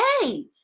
hey